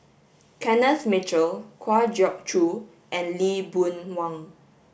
Kenneth Mitchell Kwa Geok Choo and Lee Boon Wang